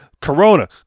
Corona